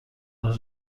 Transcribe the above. راه